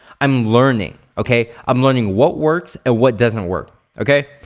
i'm learning okay? i'm learning what works and what doesn't work, okay?